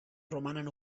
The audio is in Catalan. romanen